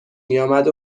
میآمد